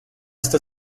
está